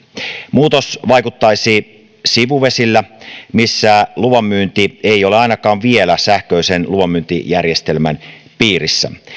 muutos vaikuttaisi sivuvesillä missä luvanmyynti ei ole ainakaan vielä sähköisen luvanmyyntijärjestelmän piirissä